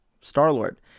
Star-Lord